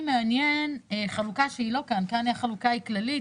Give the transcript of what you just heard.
מעניינת חלוקה שלא מופיעה כאן כאן החלוקה היא כללית